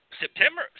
September